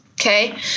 okay